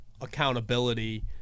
accountability